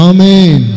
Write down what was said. Amen